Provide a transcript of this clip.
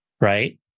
right